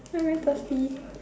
I very thirsty